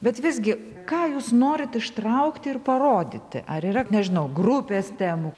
bet visgi ką jūs norit ištraukti ir parodyti ar yra nežinau grupės temų